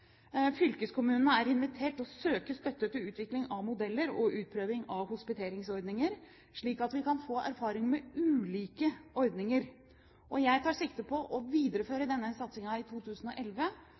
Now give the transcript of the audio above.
er invitert til å søke støtte til utvikling av modeller og utprøving av hospiteringsordninger, slik at vi kan få erfaring med ulike ordninger. Jeg tar sikte på å videreføre